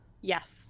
yes